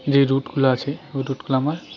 যে রুটগুলো আছে ওই রুটগুলো আমার